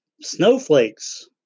snowflakes